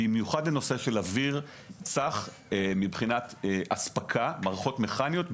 במיוחד בנושא של אוויר צח מבחינת הספקה ומערכות מכניות.